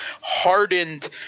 hardened